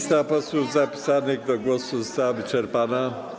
Lista posłów zapisanych do głosu została wyczerpana.